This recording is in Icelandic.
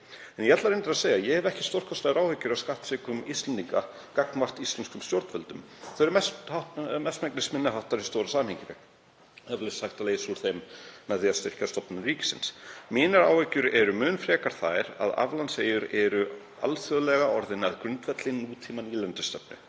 Ég ætla reyndar að segja að ég hef ekki stórkostlegar áhyggjur af skattsvikum Íslendinga gagnvart íslenskum stjórnvöldum, þau eru mestmegnis minni háttar í stóra samhenginu. Eflaust er hægt að leysa úr þeim með því að styrkja stofnanir ríkisins. Mínar áhyggjur eru mun frekar þær að aflandseyjur eru alþjóðlega orðnar grundvöllur nútímanýlendustefnu